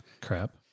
crap